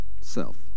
self